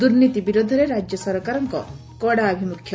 ଦୁର୍ନୀତି ବିରୋଧରେ ରାଜ୍ୟ ସରକାରଙ୍କ କଡ଼ା ଆଭିମୁଖ୍ୟ